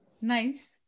Nice